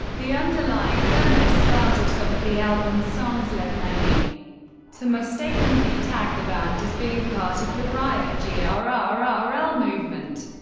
the underlying feminist slant of some of the album's songs led many to mistakenly tag the band as being part of the riot grrrl movement,